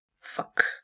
Fuck